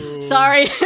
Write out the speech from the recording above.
Sorry